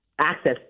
access